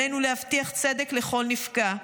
עלינו להבטיח צדק לכל נפגע,